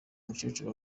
mukecuru